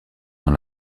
dans